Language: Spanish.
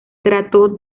trató